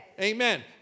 Amen